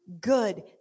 good